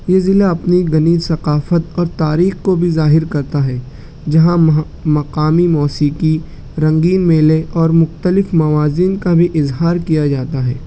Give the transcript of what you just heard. یہ ضلع اپنی غنی ثقافت اور تاریخ کو بھی ظاہر کرتا ہے جہاں مہا مقامی موسیقی رنگین میلے اور مختلف موازن کا بھی اظہار کیا جاتا ہے